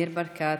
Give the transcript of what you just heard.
ניר ברקת,